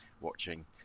watching